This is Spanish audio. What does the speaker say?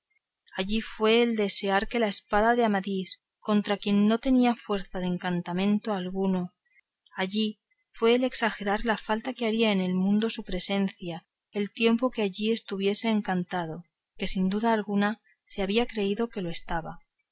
allí fue el desear de la espada de amadís contra quien no tenía fuerza de encantamento alguno allí fue el maldecir de su fortuna allí fue el exagerar la falta que haría en el mundo su presencia el tiempo que allí estuviese encantado que sin duda alguna se había creído que lo estaba